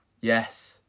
Yes